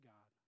God